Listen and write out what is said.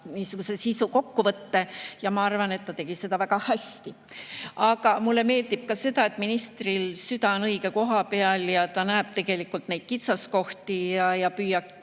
tegi oma sisukokkuvõtte ja ma arvan, et ta tegi seda väga hästi. Aga mulle meeldib ka see, et ministril on süda õige koha peal ja ta näeb neid kitsaskohti ja püüab